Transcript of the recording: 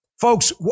Folks